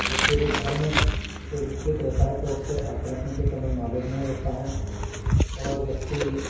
व्यक्ति यदि धर्म के विपरीत रहता है तो उससे आध्यात्मिकों नॉलेज नहीं रहता है और व्यक्ति